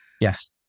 Yes